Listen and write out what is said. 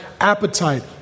appetite